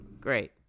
Great